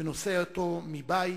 ונושא אותו מבית: